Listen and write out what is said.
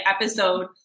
episode